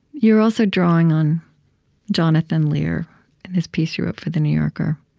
you're also drawing on jonathan lear in this piece you wrote for the new yorker.